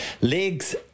Legs